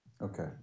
Okay